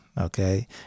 Okay